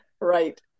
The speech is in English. right